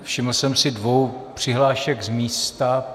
Všiml jsem si dvou přihlášek z místa.